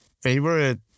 favorite